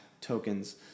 tokens